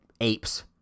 apes